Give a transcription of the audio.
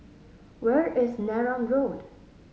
where is Neram Road